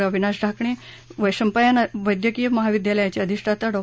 अविनाश ढाकणे वैशंपायन वैद्यकीय महाविद्यालयाचे अधिष्ठाता डॉ